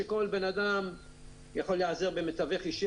גשכל בן אדם יכול להיעזר היום במתווך אישי.